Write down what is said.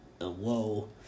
Whoa